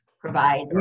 provide